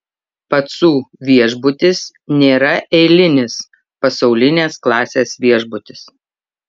pacų viešbutis nėra eilinis pasaulinės klasės viešbutis